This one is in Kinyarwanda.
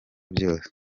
byose